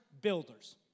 builders